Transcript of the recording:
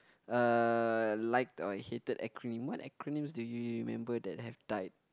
uh like or hated acronyms what acronyms do you you remember that have died